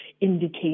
indicate